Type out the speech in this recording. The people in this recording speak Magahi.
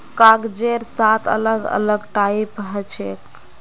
कागजेर सात अलग अलग टाइप हछेक